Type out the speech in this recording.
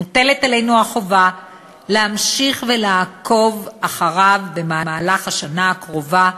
מוטלת עלינו החובה להמשיך ולעקוב במהלך השנה הקרובה,